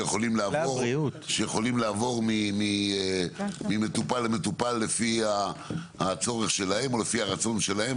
שיכולים לעבור ממטופל למטופל לפי הצורך שלהם או לפי הרצון שלהם.